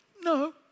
No